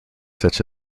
such